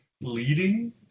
leading